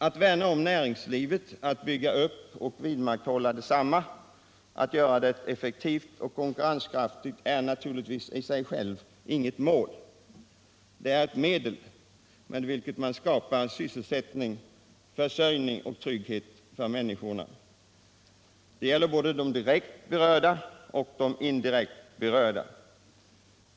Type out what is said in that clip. Att värna om näringslivet, att bygga upp och vidmakthålla detsamma, att göra det effektivt och konkurrenskraftigt är naturligtvis inget mål i sig — det är ett medel med vilket man skapar sysselsättning, försörjning och trygghet för människorna. Det gäller både de direkt och de indirekt berörda.